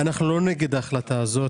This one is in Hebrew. אנו לא נגד ההחלטה הזו.